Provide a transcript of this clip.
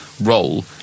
role